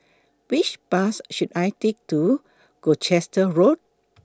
Which Bus should I Take to Gloucester Road